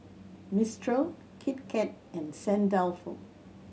Mistral Kit Kat and Saint Dalfour